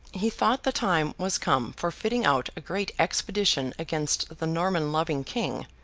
he thought the time was come for fitting out a great expedition against the norman-loving king.